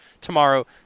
tomorrow